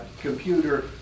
computer